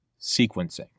sequencing